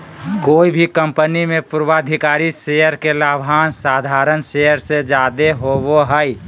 कोय भी कंपनी मे पूर्वाधिकारी शेयर के लाभांश साधारण शेयर से जादे होवो हय